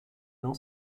não